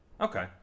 Okay